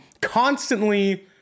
constantly